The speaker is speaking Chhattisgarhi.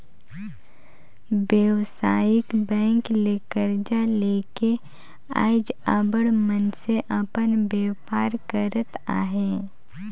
बेवसायिक बेंक ले करजा लेके आएज अब्बड़ मइनसे अपन बयपार करत अहें